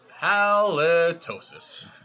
Halitosis